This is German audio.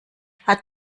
hat